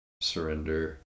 surrender